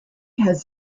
has